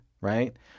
right